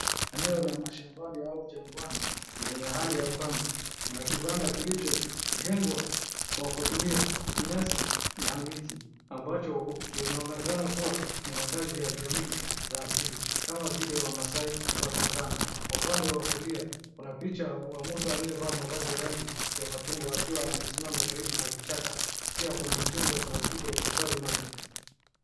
Eneo la mashambani au jangwani lenye hali ya ukame. Kuna kibanda kilichojengwa kwa kutumia nyasi na miti, ambacho kinaonekana kuwa ni makazi ya jamii za asili kama vile Wamasaai, Waturkana. Upande wa kulia kuna picha wa mtu aliyevalia mavazi ya rangi ya machungwa akiwa amesimama karibu na vichaka. Pia kuna mitungi ya plastiki ya kuhifadhi maji.